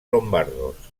lombardos